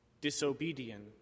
disobedient